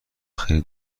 خیلی